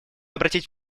обратить